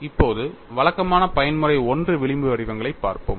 இப்போது வழக்கமான பயன்முறை I விளிம்பு வடிவங்களைப் பார்ப்போம்